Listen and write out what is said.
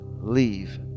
leave